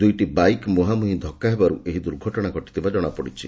ଦୁଇଟି ବାଇକ୍ ମୁହାଁମୁହି ଧକ୍ଷା ହେବାରୁ ଏହି ଦୁର୍ଘଟଣା ଘଟିଥିବା ଜଣାପଡ଼ିଛି